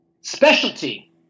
specialty